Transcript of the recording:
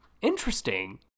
interesting